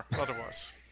otherwise